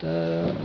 तर